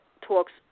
talks